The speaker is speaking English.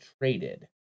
traded